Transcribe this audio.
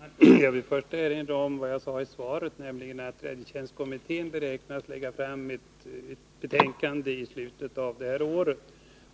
Herr talman! Jag vill först erinra om vad jag sade i svaret, nämligen att räddningstjänstkommittén beräknas lägga fram ett betänkande i slutet av innevarande